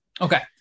okay